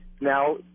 now